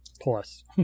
plus